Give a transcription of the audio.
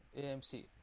AMC